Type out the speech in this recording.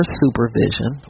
supervision